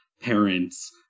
parents